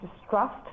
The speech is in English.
distrust